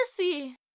Mercy